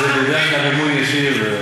שם זה בדרך כלל מימון ישיר.